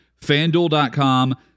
FanDuel.com